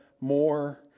more